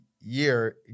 year